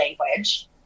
language